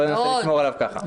בואו ננסה לשמור עליו ככה.